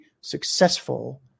successful